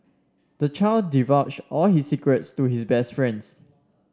the child divulged all his secrets to his best friends